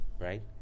right